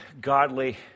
godly